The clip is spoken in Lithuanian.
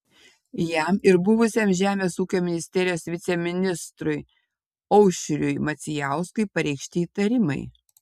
jam ir buvusiam žemės ūkio ministerijos viceministrui aušriui macijauskui pareikšti įtarimai